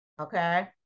Okay